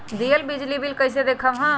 दियल बिजली बिल कइसे देखम हम?